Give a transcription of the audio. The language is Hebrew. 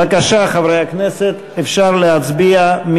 בבקשה, חברי הכנסת, אפשר להצביע.